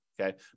Okay